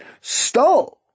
stole